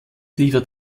liefert